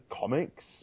comics